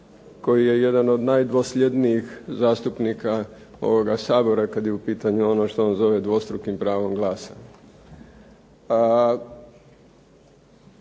koji je jedan od najdosljednijih zastupnika ovoga Sabora kada je u pitanju ono što on zove dvostrukim pravom glasa.